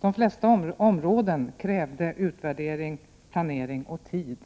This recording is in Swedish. De flesta områden krävde utvärdering, planering och tid.